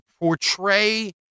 portray